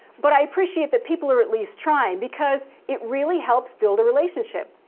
but i appreciate that people are at least trying, because it really helps build a relationship.